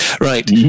right